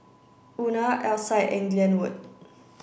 Una Alcide and Glenwood